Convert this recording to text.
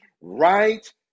right